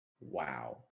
wow